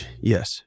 Yes